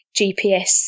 GPS